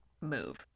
move